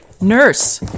Nurse